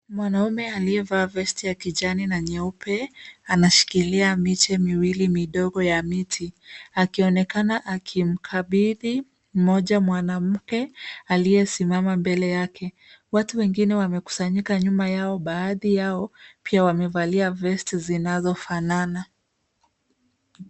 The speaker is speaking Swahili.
Mwanaume aliyevaa vesti ya kijani na nyeupe, anashikilia miche miwili midogo ya miti. Akionekana akimkabidhi moja mwanamke, aliyesimama mbele yake. Watu wengine wamekusanyika nyuma yao, baadhi yao pia wamevalia vesti zinazofanana.